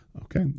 Okay